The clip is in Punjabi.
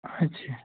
ਅੱਛਾ